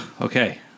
Okay